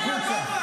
זה מה שהם עושים שם,